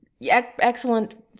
excellent